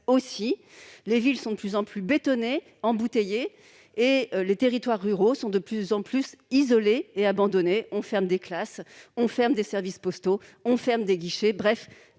Les villes sont de plus en plus bétonnées, embouteillées, tandis que les territoires ruraux sont de plus en plus isolés et abandonnés. On ferme des classes, des services postaux, des guichets ...